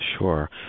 Sure